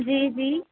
जी जी